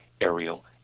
aerial